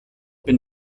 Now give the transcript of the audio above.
bin